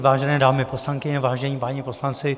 Vážené dámy poslankyně, vážení páni poslanci.